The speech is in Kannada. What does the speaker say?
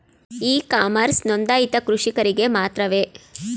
ಇ ಕಾಮರ್ಸ್ ನೊಂದಾಯಿತ ಕೃಷಿಕರಿಗೆ ಮಾತ್ರವೇ?